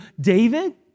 David